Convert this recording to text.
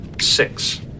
Six